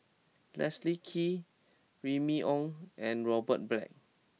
Leslie Kee Remy Ong and Robert Black